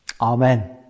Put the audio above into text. Amen